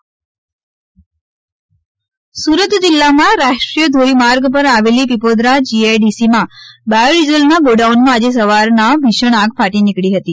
આગ સુરત જીલ્લામાં રાષ્ટ્રીય ધોરીમાર્ગ પર આવેલી પિપોદરા જીઆઇડીસીમાં બાયોડીઝલના ગોડાઉનમાં આજે સવારના ભીષણ આગ ફાટી નીકળી હતી